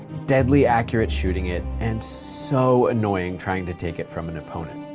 deadly accurate shooting it, and so annoying trying to take it from an opponent.